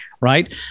right